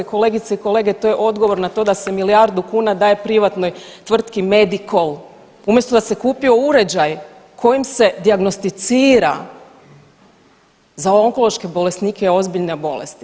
Kolegice i kolege, to je odgovor na to da se milijardu kuna daje privatnoj tvrtki Medikol umjesto da se kupio uređaj kojim se dijagnosticira za onkološke bolesnike ozbiljne bolesti.